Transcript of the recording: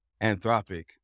Anthropic